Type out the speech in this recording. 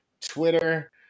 Twitter